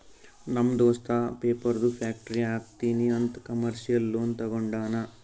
ನಮ್ ದೋಸ್ತ ಪೇಪರ್ದು ಫ್ಯಾಕ್ಟರಿ ಹಾಕ್ತೀನಿ ಅಂತ್ ಕಮರ್ಶಿಯಲ್ ಲೋನ್ ತೊಂಡಾನ